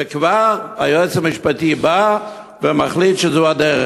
וכבר היועץ המשפטי בא ומחליט שזו הדרך.